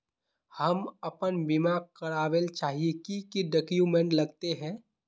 हम अपन बीमा करावेल चाहिए की की डक्यूमेंट्स लगते है?